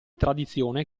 tradizione